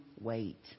wait